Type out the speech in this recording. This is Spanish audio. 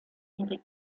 henry